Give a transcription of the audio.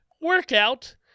workout